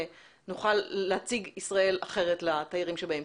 ונוכל להציג ישראל אחרת לתיירים שבאים.